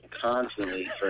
constantly